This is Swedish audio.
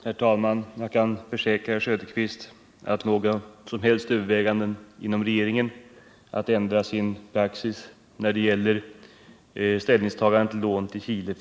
Herr talman! Jag kan försäkra Oswald Söderqvist att det inom regeringen inte föreligger någon som helst tanke på att ändra praxis när det gäller ställningstagandet till lån till Chile.